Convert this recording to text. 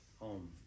home